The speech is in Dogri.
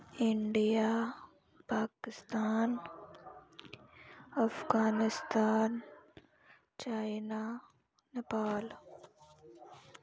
India Pakistan Afghanistan China Nepal